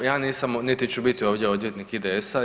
Pa ja nisam, niti ću biti ovdje odvjetnik IDS-a.